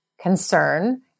concern